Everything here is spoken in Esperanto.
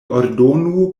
ordonu